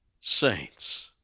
saints